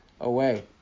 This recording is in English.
away